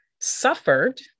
suffered